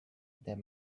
there